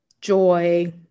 joy